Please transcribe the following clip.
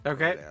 Okay